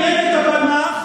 בן-גוריון פירק את הפלמ"ח,